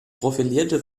profilierte